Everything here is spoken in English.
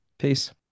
Peace